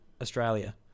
Australia